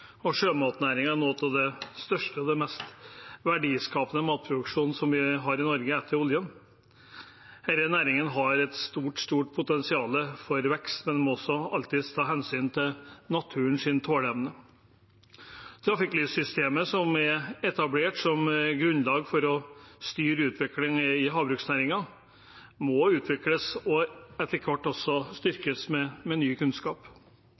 og sjømatnæringen er noe av det største og mest verdiskapende vi har i Norge – etter oljen. Denne næringen har et stort, stort potensial for vekst, men en må også alltid ta hensyn til naturens tåleevne. Trafikklyssystemet som er etablert som grunnlag for å styre utviklingen i havbruksnæringen, må utvikles og etter hvert også styrkes med ny kunnskap.